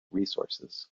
resources